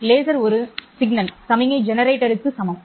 laser ஒரு சமிக்ஞை ஜெனரேட்டருக்கு சமம்